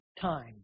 time